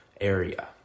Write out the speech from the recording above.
area